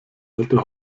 alte